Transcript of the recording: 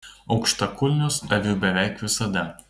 aukštakulnius aviu beveik visada